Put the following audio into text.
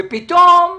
ופתאום,